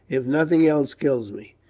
if nothing else kills me.